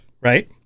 right